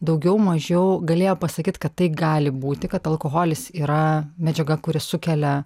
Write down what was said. daugiau mažiau galėjo pasakyt kad tai gali būti kad alkoholis yra medžiaga kuri sukelia